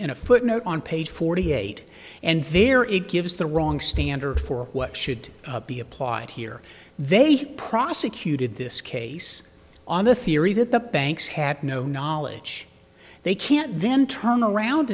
in a footnote on page forty eight and there it gives the wrong standard for what should be applied here they prosecuted this case on the theory that the banks had no knowledge they can't then turn around